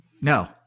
no